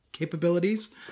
Capabilities